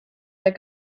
der